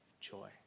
joy